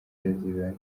sezibera